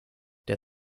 der